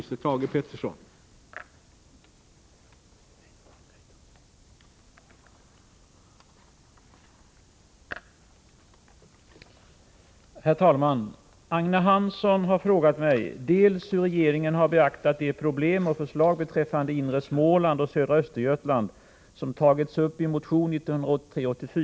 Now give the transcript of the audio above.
Avser statsrådet att ta några initiativ för att tillgodose det aktuella områdets behov av regionalpolitiska insatser vid fördelningen av återstående del av det regionalpolitiska anslaget för budgetåret 1984/85?